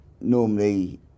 Normally